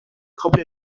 kabul